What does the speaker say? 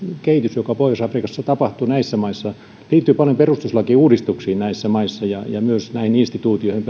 kehitys joka pohjois afrikassa tapahtui näissä maissa liittyi paljon perustuslakiuudistuksiin näissä maissa ja ja myös näihin instituutioihin